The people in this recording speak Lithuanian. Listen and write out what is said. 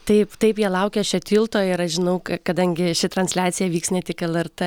taip taip jie laukia šio tilto ir aš žinau ka kadangi ši transliacija vyks ne tik lrt